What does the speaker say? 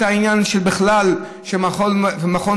בכלל את העניין של מכון וולקני,